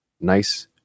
nice